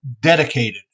dedicated